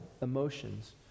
emotions